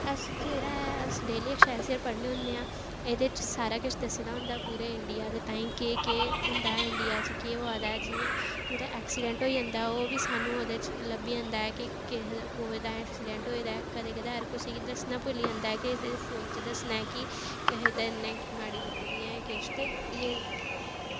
अस जेह्ड़ा ऐ अस डेली एक्सेलसियर पढ़ने होने आं एह्दे च सारा किश दस्से दा होंदा ऐ पूरे इंडिया दे तांहीं केह् केह् होंदा ऐ इंडिया च केह् होआ दा ऐ जि'यां कुदै एक्सीडेंट होई जंदा ऐ ओह् बी सानूं ओह्दे बिच लब्भी जंदा ऐ कि कुसै दा एक्सीडेंट होए दा ऐ कुसै गी कदें कदार दस्सनां भुल्ली जंदा ऐ कि फोन च दस्सनां ऐ कि कुसै दे इ'न्नी माड़ी बीती दी ऐ ते